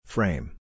Frame